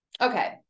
okay